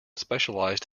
specialised